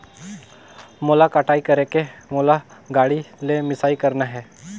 मोला कटाई करेके मोला गाड़ी ले मिसाई करना हे?